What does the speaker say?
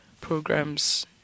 programs